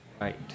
Right